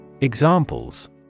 Examples